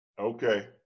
Okay